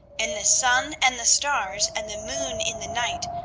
and the sun and the stars and the moon in the night,